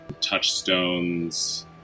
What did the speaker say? touchstones